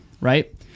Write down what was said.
Right